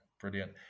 brilliant